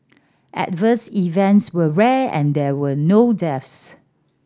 adverse events were rare and there were no deaths